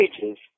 pages